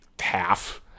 half